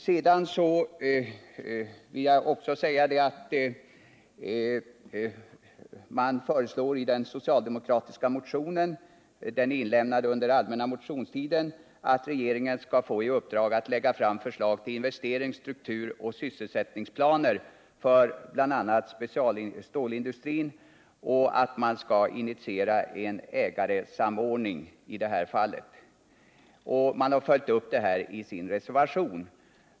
I den socialdemokratiska motionen 1508, som är väckt under den allmänna motionstiden, föreslås att regeringen skall få i uppdrag att lägga fram förslag till investerings-, strukturoch sysselsättningsplaner för bl.a. specialstålindustrin och att regeringen skall initiera en ägarsamordning i branschen. Socialdemokraterna har följt upp dessa krav i sin reservation.